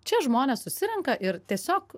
čia žmonės susirenka ir tiesiog